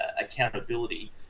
accountability